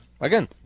again